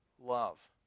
love